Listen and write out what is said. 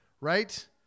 Right